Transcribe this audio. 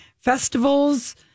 Festivals